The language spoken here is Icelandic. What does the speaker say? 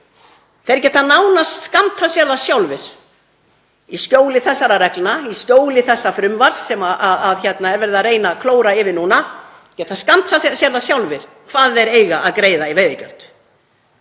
Þeir geta nánast skammtað sér það sjálfir í skjóli þessara reglna, í skjóli þessa frumvarps þar sem verið er að reyna að klóra yfir þetta núna, þeir geta skammtað sér það sjálfir hvað þeir eiga að greiða í veiðigjöld.